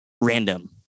random